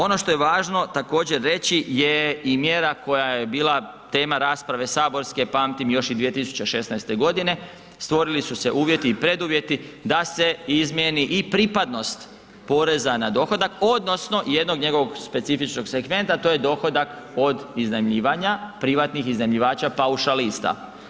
Ono što je važno također, reći je i mjera koja je bila tema rasprave saborske, pamtim još i 2016. g. Stvorili su se uvjeti i preduvjeti da se izmijeni i pripadnost poreza na dohodak, odnosno jednog njegovog specifičnog segmenta, to je dohodak od iznajmljivanja, prihvatnih iznajmljivača paušalista.